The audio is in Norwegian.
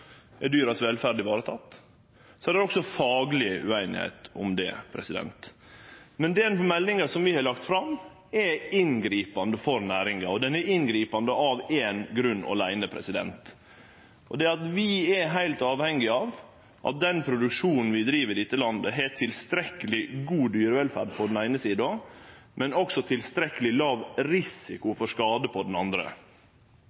er dyras velferd vareteken, og så er det også fagleg ueinigheit om det. Men den meldinga som vi har lagt fram, er inngripande for næringa, og den er inngripande av ein grunn åleine: Det er at vi er heilt avhengige av at den produksjonen vi driv i dette landet, har tilstrekkeleg god dyrevelferd på den eine sida, men også tilstrekkeleg låg risiko